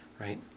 right